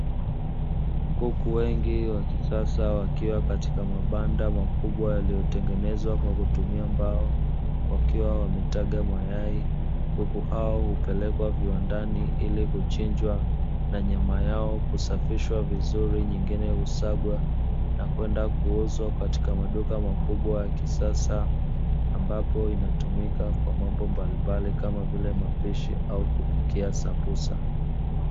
Kuku wengi wa kisasa wakiwa katika mabanda makubwa yaliyotengenezwa kwa kutumia mbao, wakiwa wametaga mayai. Kuku hao hupelekwa viwandani ili kuchinjwa na nyama yao kusafishwa vizuri, nyingine kusagwa na kwenda kuuzwa katika maduka makubwa ya kisasa; ambapo inatumika kwa mambo mbalimbali kama vile mapishi au kupikia sambusa.